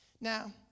Now